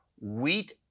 Wheat